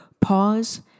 Pause